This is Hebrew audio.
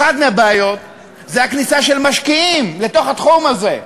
אחת הבעיות היא כניסת משקיעים לתחום הזה.